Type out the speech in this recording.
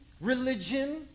religion